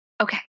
Okay